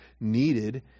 needed